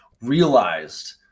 realized